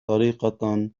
طريقة